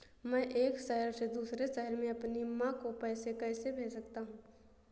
मैं एक शहर से दूसरे शहर में अपनी माँ को पैसे कैसे भेज सकता हूँ?